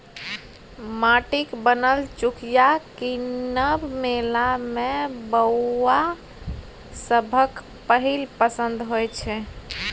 माटिक बनल चुकिया कीनब मेला मे बौआ सभक पहिल पसंद होइ छै